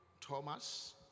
Thomas